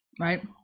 right